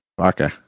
okay